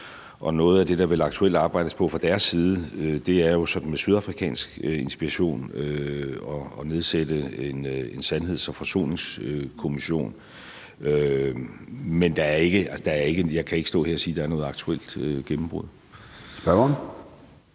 og noget af det, der vel aktuelt arbejdes på fra deres side, er jo sådan med sydafrikansk inspiration at nedsætte en sandheds- og forsoningskommission. Men jeg kan ikke stå her og sige, at der er noget aktuelt gennembrud.